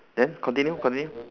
then continue continue